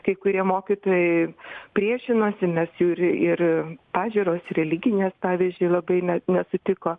kai kurie mokytojai priešinosi nes jų ir ir pažiūros religinės pavyzdžiui labai ne nesutiko